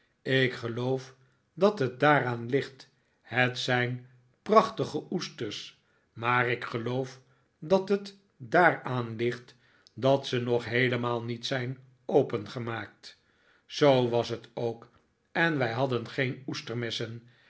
ik geloof dat het daaraan ligt het zijn prachtige oesters maar ik geloof dat het daaraan ligt dat ze nog heelemaal niet zijn opengemaakt zoo was het ook en wij hadden geen